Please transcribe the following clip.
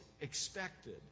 expected